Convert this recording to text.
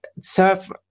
serve